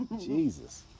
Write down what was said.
Jesus